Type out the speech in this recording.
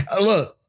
Look